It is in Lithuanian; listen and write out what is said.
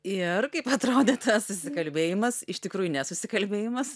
ir kaip atrodė tas susikalbėjimas iš tikrųjų nesusikalbėjimas